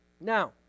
Now